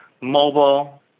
mobile